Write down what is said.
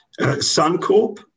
Suncorp